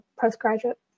postgraduate